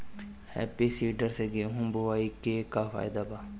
Happy seeder से गेहूं बोआई के का फायदा बा?